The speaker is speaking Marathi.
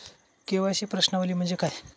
के.वाय.सी प्रश्नावली म्हणजे काय?